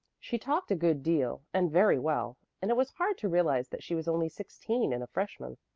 she talked a good deal and very well, and it was hard to realize that she was only sixteen and a freshman.